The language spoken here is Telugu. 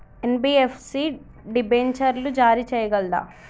ఎన్.బి.ఎఫ్.సి డిబెంచర్లు జారీ చేయగలదా?